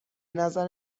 نظر